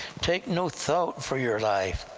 take no thought for your life.